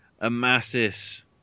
Amasis